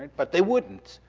but they wouldn't,